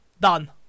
Done